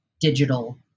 digital